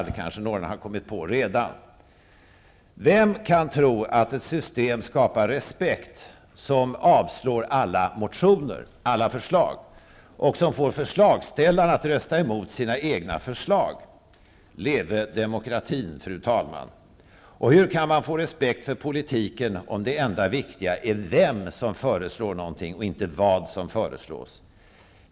Det kanske någon redan har kommit på. Vem kan tro att ett system skapar respekt, som avslår alla motioner, alla förslag, och som sedan får förslagsställarna att rösta emot sina egna förslag? Leve demokratin, fru talman! Hur kan man få respekt för politiken om det enda viktiga är vem som föreslår någonting, och inte vad som föreslås?